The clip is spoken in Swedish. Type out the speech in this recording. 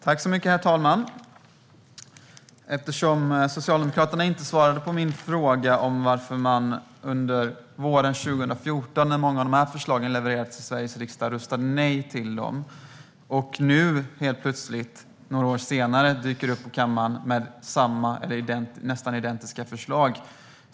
Herr talman! Socialdemokraterna svarade inte på min fråga om varför man under våren 2014, när många av de här förslagen levererades till Sveriges riksdag, röstade nej till dem men nu några år senare helt plötsligt dyker upp i kammaren med samma eller nästan identiska förslag.